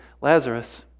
Lazarus